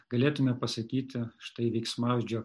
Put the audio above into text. galėtume pasakyti štai veiksmažodžio